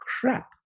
crap